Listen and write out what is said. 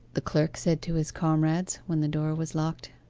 the clerk said to his comrades, when the door was locked.